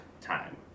time